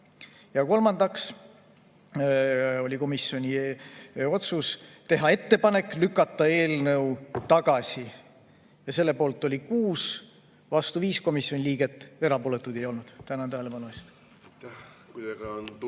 Ja kolmandaks oli komisjoni otsus teha ettepanek lükata eelnõu tagasi. Selle poolt oli 6, vastu 5 komisjoni liiget, erapooletuid ei olnud. Tänan tähelepanu